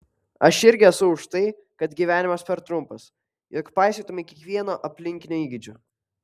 aš irgi esu už tai kad gyvenimas per trumpas jog paisytumei kiekvieno aplinkinio įgeidžių